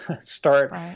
start